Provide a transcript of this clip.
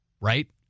right